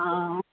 অঁ